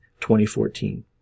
2014